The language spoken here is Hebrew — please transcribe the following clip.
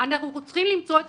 אתה פוגע ביכולת